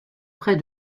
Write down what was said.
près